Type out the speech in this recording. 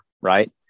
right